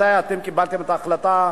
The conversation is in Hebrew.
מתי אתם קיבלתם את ההחלטה,